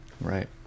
Right